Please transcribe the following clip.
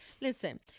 listen